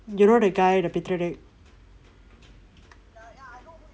you know the guy the parriot act